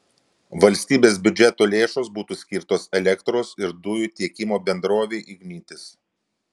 valstybės biudžeto lėšos būtų skirtos elektros ir dujų tiekimo bendrovei ignitis